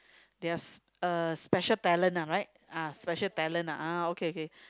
yes uh special talent [one] right ah special talent ah okay okay